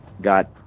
got